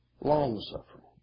Long-suffering